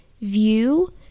view